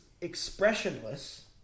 expressionless